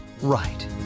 right